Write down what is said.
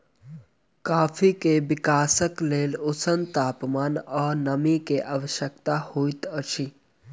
coffee के विकासक लेल ऊष्ण तापमान आ नमी के आवश्यकता होइत अछि